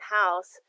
house